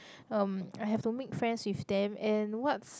um I have to make friends with them and what's